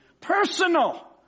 Personal